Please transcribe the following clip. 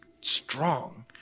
strong